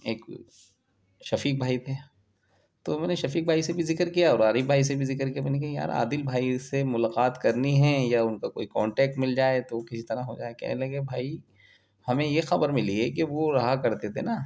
ایک شفیق بھائی تھے تو میں نے شفیق بھائی سے بھی ذکر کیا اور عارف بھائی سے بھی ذکر کیا میں نے کہا یار عادل بھائی سے ملاقات کرنی ہے یا ان کا کوئی کانٹیکٹ مل جائے تو کسی طرح ہو جائے کہنے لگے بھائی ہمیں یہ خبر ملی ہے کہ وہ رہا کرتے تھے نا